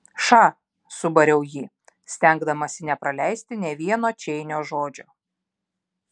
ša subariau jį stengdamasi nepraleisti nė vieno čeinio žodžio